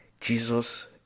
Jesus